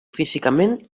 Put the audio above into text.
físicament